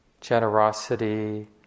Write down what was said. generosity